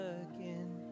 again